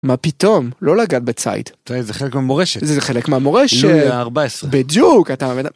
מה פתאום? לא לגעת בצייד. אתה יודע, זה חלק מהמורשת. זה חלק מהמורשת. לואי ה-14. בדיוק, אתה